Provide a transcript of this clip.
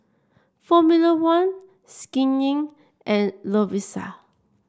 Formula One Skin Inc and Lovisa